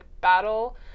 battle